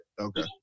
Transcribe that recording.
Okay